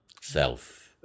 self